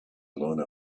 learner